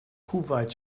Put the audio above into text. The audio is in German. kuwait